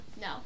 no